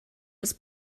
des